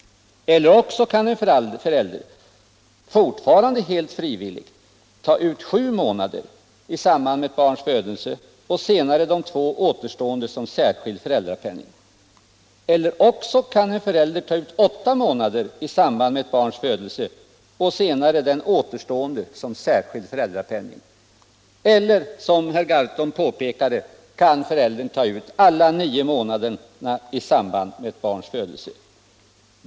Eller också kan en förälder, fortfarande helt frivilligt, ta ut sju månader i samband med ett barns födelse och senare de två återstående som särskild föräldrapenning. Eller också kan en förälder ta ut åtta månader i samband med ett barns födelse och senare den återstående som särskild föräldrapenning. Som herr Gahrton påpekade kan föräldern i stället ta ut alla nio månaderna i samband med ett barns födelse.